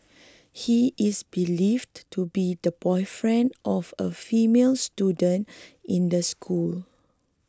he is believed to be the boyfriend of a female student in the school